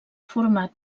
format